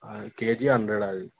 అది KG hundred అది